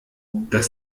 das